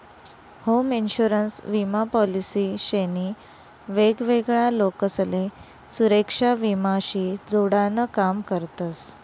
home insurance विमा policy शे नी वेगवेगळा लोकसले सुरेक्षा विमा शी जोडान काम करतस